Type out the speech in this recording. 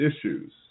issues